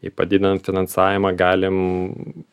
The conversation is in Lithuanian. jei padidinant finansavimą galim